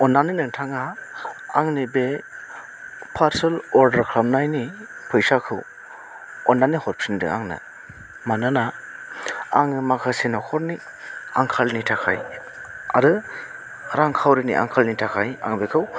अन्नानै नोंथाङा आंनि बे फार्सेल अर्डार खालामनायनि फैसाखौ अन्नानै हरफिनदो आंनो मानोना आं माखासे नखरनि आंखालनि थाखाय आरो रां खावरिनि आंखालनि थाखाय आं बेखौ